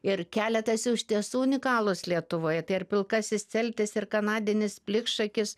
ir keletas jų iš tiesų unikalūs lietuvoj tai ir pilkasis celtis ir kanadinis plikšakis